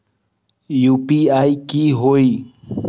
UPI की होई?